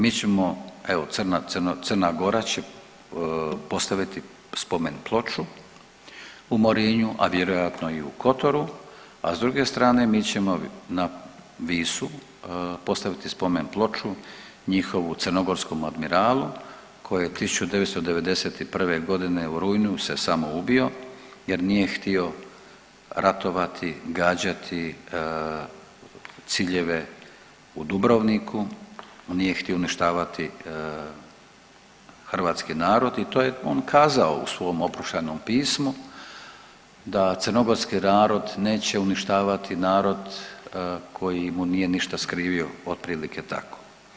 Mi ćemo evo Crna, Crna, Crna Gora će postaviti spomen ploču u Morinju, a vjerojatno i u Kotoru, a s druge strane mi ćemo na Visu postaviti spomen ploču njihovu crnogorskom admiralu koji je 1991. godine u rujnu se samoubio jer nije htio ratovati, gađati ciljeve u Dubrovniku, on nije htio uništavati hrvatski narod i to je on kazao u svom oproštajnom pismu da crnogorski narod neće uništavati narod koji mu nije ništa skrivio, otprilike tako.